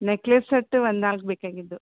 necklace set ಒಂದು ನಾಲ್ಕು ಬೇಕಾಗಿದ್ದವು